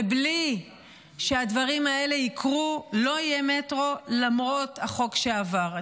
ובלי שהדברים האלה יקרו לא יהיה מטרו למרות החוק שעבר.